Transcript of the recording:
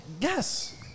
Yes